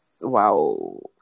wow